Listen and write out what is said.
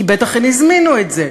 כי בטח הן הזמינו את זה.